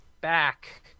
back